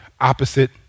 opposite